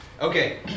Okay